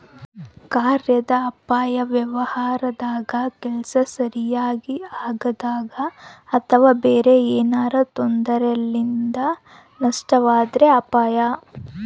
ಕಾರ್ಯಾದ ಅಪಾಯ ವ್ಯವಹಾರದಾಗ ಕೆಲ್ಸ ಸರಿಗಿ ಆಗದಂಗ ಅಥವಾ ಬೇರೆ ಏನಾರಾ ತೊಂದರೆಲಿಂದ ನಷ್ಟವಾದ್ರ ಅಪಾಯ